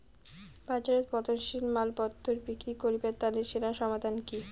বাজারত পচনশীল মালপত্তর বিক্রি করিবার তানে সেরা সমাধান কি?